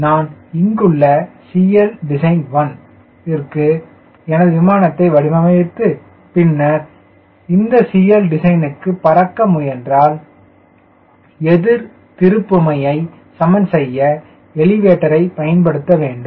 நான் இங்குள்ள CL design1 க்கு எனது விமானத்தை வடிவமைத்து பின்னர் இந்த CL க்கு பறக்க முயன்றால் எதிர் திருப்புமையை சமன்செய்ய எலிவேட்டரை பயன்படுத்த வேண்டும்